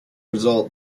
result